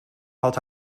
had